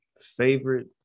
favorite